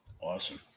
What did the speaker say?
Awesome